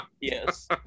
Yes